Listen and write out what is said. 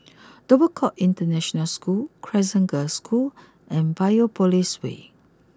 Dover court International School Crescent Girls' School and Biopolis way